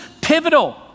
pivotal